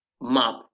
map